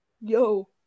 Yo